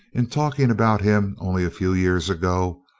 in talking about him only a few years ago,